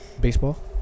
baseball